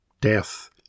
death